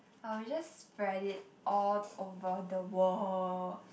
I will just spread it all over the world